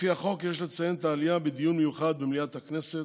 לפי החוק יש לציין את יום העלייה בדיון מיוחד במליאת הכנסת,